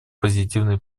позитивные